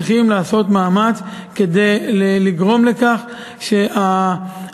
צריכים לעשות מאמץ כדי לגרום לכך שהעולים,